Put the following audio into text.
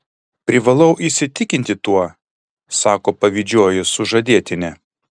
privalau įsitikinti tuo sako pavydžioji sužadėtinė